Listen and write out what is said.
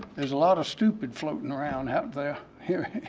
there's a lot of stupid floating around out there.